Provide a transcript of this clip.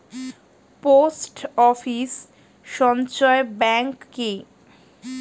Post office সঞ্চয় bank কি?